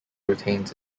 retains